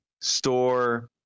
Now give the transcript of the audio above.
store